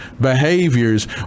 Behaviors